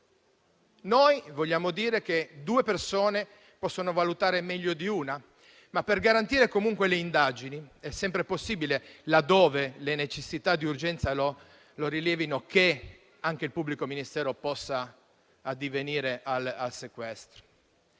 Noi vogliamo dire che due persone possono valutare meglio di una. Ma, per garantire comunque le indagini è sempre possibile, laddove le necessità di urgenza lo rilevino, che anche il pubblico ministero possa addivenire al sequestro.